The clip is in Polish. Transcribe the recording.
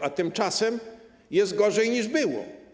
A tymczasem jest gorzej, niż było.